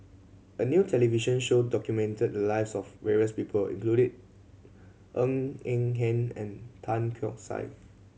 a new television show documented the lives of various people including Ng Eng Hen and Tan Keong Saik